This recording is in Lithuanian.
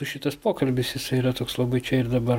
šitas pokalbis jisai yra toks labai čia ir dabar